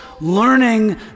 learning